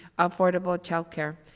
affordable child care.